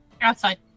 Outside